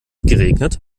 geregnet